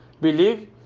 believe